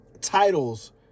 titles